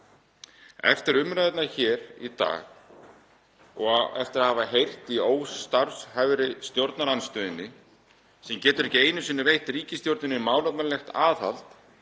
Eftir umræðurnar hér í dag og eftir að hafa heyrt í óstarfhæfri stjórnarandstöðunni, sem getur ekki einu sinni veitt ríkisstjórninni málefnalegt aðhald,